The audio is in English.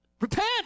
Repent